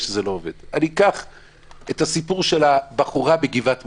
ניקח את הסיפור של הבחורה בגבעת משה.